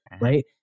right